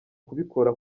kubikora